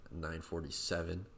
$947